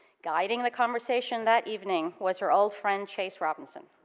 guiding the conversation that evening was her old friend chase robinson.